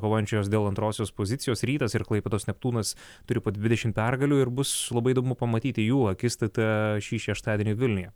kovojančios dėl antrosios pozicijos rytas ir klaipėdos neptūnas turi po dvidešim pergalių ir bus labai įdomu pamatyti jų akistatą šį šeštadienį vilniuje